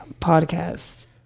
podcast